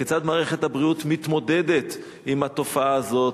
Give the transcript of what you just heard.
כיצד מערכת הבריאות מתמודדת עם התופעה הזאת?